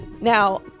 Now